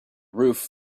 roof